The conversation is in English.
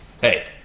Hey